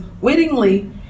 wittingly